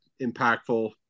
impactful